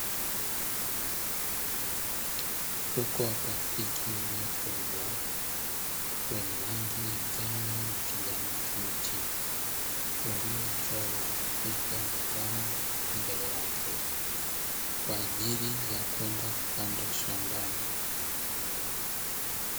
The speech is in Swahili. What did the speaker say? Mfuko wa plastiki, uliofungwa wenye rangi ya njano na kijani kibichi, uliochorwa picha ya mazao mbele yake kwa ajili ya kwenda kupandwa shambani.